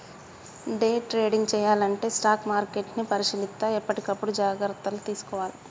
day trading చెయ్యాలంటే stock మార్కెట్ని పరిశీలిత్తా ఎప్పటికప్పుడు జాగర్తలు తీసుకోవాలే